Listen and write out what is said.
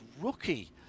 rookie